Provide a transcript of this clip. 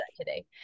today